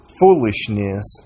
foolishness